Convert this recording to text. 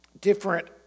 different